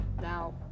Now